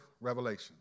revelation